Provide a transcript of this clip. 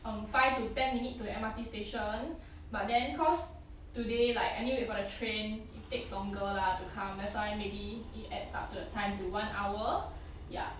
um five to ten minutes to M_R_T station but then cause today like I need to wait for the train it takes longer lah to come that's why maybe it adds up to the time to one hour ya